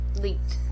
leaked